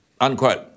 unquote